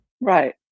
Right